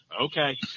Okay